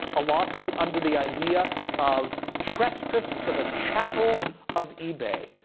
a lawsuit under the idea of trespass to the chattel of ebay.